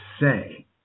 say